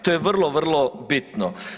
To je vrlo, vrlo bitno.